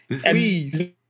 please